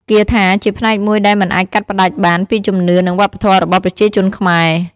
គាថាជាផ្នែកមួយដែលមិនអាចកាត់ផ្តាច់បានពីជំនឿនិងវប្បធម៌របស់ប្រជាជនខ្មែរ។